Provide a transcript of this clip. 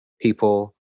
people